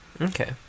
Okay